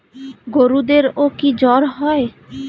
গরুদেরও কি জ্বর হয়?